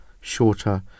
shorter